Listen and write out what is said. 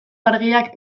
argiak